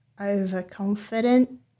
overconfident